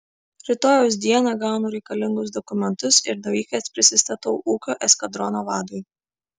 rytojaus dieną gaunu reikalingus dokumentus ir nuvykęs prisistatau ūkio eskadrono vadui